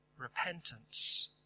repentance